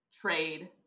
trade